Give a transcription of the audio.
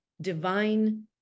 divine